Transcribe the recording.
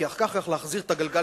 כי אחר כך,